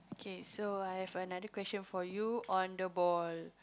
okay so I have another question for you on the ball